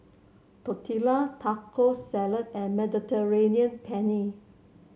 Tortillas Taco Salad and Mediterranean Penne